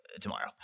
tomorrow